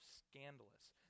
scandalous—